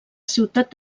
ciutat